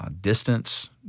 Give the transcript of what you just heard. Distance